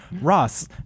ross